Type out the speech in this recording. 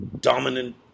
dominant